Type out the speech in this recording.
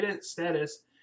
status